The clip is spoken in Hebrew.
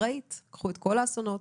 כמו שמראים האסונות